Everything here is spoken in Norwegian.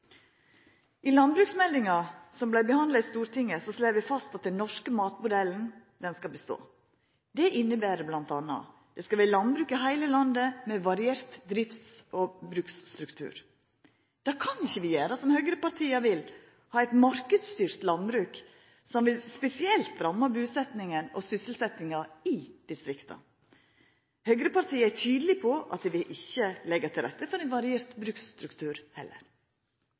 I landbruksmeldinga som vart behandla i Stortinget, slår vi fast at den norske matmodellen skal bestå. Det inneber bl.a. at det skal vera landbruk i heile landet, med ein variert drifts- og bruksstruktur. Då kan ein ikkje gjera som høgrepartia vil, å ha eit marknadsstyrt landbruk, som spesielt vil ramma busetnaden og sysselsettinga i distrikta. Høgrepartia er tydelege på at dei heller ikkje vil legge til rette for ein variert bruksstruktur.